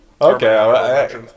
Okay